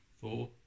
four